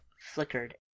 flickered